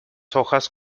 hojas